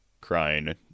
crying